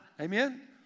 Amen